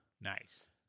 Nice